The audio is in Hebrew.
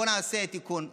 בואו נעשה תיקון.